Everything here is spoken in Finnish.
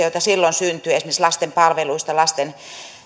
joita silloin syntyi esimerkiksi lasten palveluista lasten